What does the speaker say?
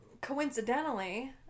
coincidentally